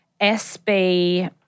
SB